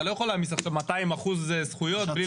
אתה לא יכול להעמיס 200% זכויות בלי